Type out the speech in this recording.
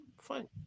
fine